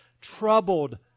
troubled